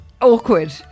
awkward